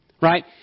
right